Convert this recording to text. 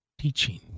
teaching